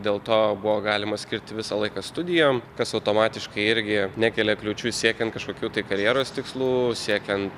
dėl to buvo galima skirti visą laiką studijom kas automatiškai irgi nekelia kliūčių siekiant kažkokių tai karjeros tikslų siekiant